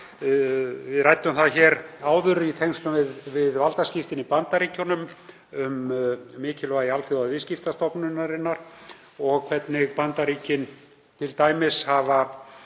Við ræddum áður, í tengslum við valdaskiptin í Bandaríkjunum, um mikilvægi Alþjóðaviðskiptastofnunarinnar og hvernig Bandaríkin hafa